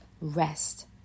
rest